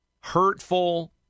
hurtful